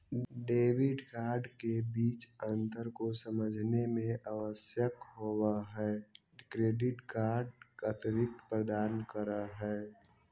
Debit card के बीच अंतर को समझे मे आवश्यक होव है क्रेडिट कार्ड अतिरिक्त प्रदान कर है?